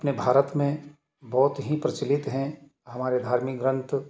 अपने भारत में बहुत ही प्रचिलित हैं हमारे धार्मिक ग्रन्थ